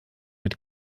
mit